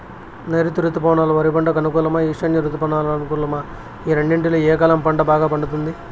నైరుతి రుతుపవనాలు వరి పంటకు అనుకూలమా ఈశాన్య రుతుపవన అనుకూలమా ఈ రెండింటిలో ఏ కాలంలో పంట బాగా పండుతుంది?